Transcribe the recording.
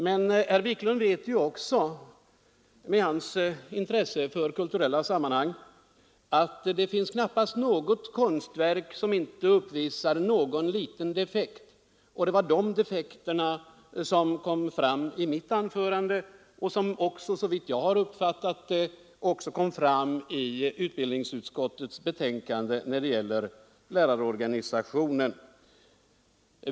Herr Wiklund vet helt säkert också, med det intresse han har för alla kulturella sammanhang, att det knappast finns något konstverk som inte uppvisar någon liten defekt, och det var de defekterna som jag berörde i mitt anförande. Såvitt jag uppfattat rätt har detta också kommit fram i utbildningsutskottets betänkande i vad gäller lärarorganisationen.